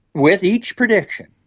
with each prediction,